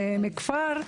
מכפר,